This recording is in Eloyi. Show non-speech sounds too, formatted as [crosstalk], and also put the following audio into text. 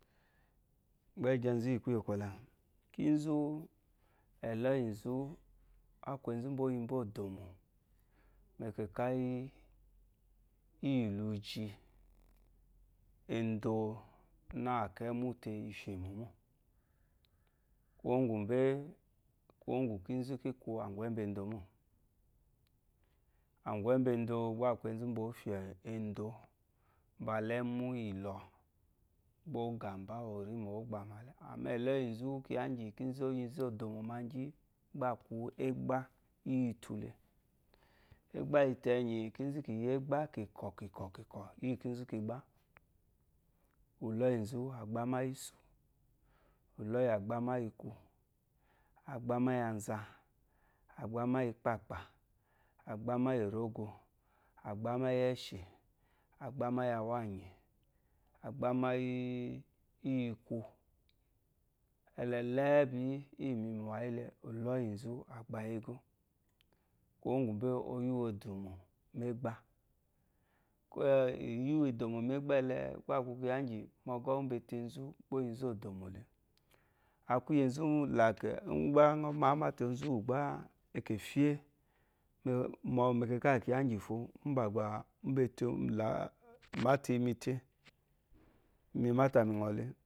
Gbɛ̂gyɛ nzú íyì kwúyè kwɔlɛ. Kínzú, ɛ̀lɔ́yì nzú, á kwu enzu úmbà ó yi mbó ò dòmò, mɛkɛkà íyì luzhi endo nâ kɔ ɛ́mwú te ifyèmò mô. Kwuwó úŋgwù mbé, kwuwó ŋgwù kínzú kì kwu àŋgwɛ̂ úmbà endo mô. Àŋgwɛ̂ úmbà endo gbá a kwu enzu úmbà ǒ fyɛ̀ fyè endo mbala ɛmwú ìlɔ, gbá ɔ̌ gà mbá ò rímò ò gbàmà le. Àmá ɛ̀lɔ́yì nzú, kyiya íŋgyì kínzú o yi nzú ò dòmò maŋgyí gbá a kwu ɛ́gbá íyì utu le. Ɛ́gbá yìn utu ɛnyì, kínzú kì yi ɛ́gbá kíkɔ̀ kíkɔ̀ kíkɔ̀, íyì kínzu ki gbá. Ùlɔ́yì nzú, à gbámà íyì íssú, úlɔ́yì à gbámà íyì ikwu, à gbámà íyì anza, à gbámà íyì ikpâkpà. à gbámà íyì òrógwo, à gbámà íyì ɛ́shì, à gbámà íyì awânyì, à gbámà [hesitation] íyì ikwu. Ɛlɛ, lɛɛbi yí, íyì mi yi mìwà yí ele, ùlɔ́yì nzú à gbá yí égó. Kwuwó ŋgwù mbé, o yí wu o dòmò mu ɛ́gbá. [unintelligible] ìyí wu idòmò mégbá ɛlɛ gbá a kwu kyiya íŋgyì, mɔgɔ́ úwù mbà ete nzú, gbá ó yí nzú o dòmò le. [unintelligible] máte onzu úwù gbá e kè fyé [hesitation] mɛkɛkà íyì kyiya íŋgyìfo, úmbà gbàa, [unintelligible] máte imi, te, imi mátà mì ŋɔ̀ le,